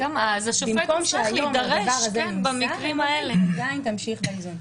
במקום שהיום הדבר הזה --- עדיין תמשיך באיזון.